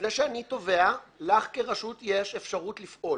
לפני שאני תובע לך, כרשות, יש אפשרות לפעול.